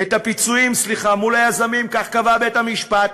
כך קבע בית-המשפט.